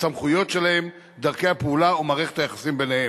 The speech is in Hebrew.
הסמכויות שלהם, דרכי הפעולה ומערכת היחסים ביניהם.